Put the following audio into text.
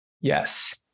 yes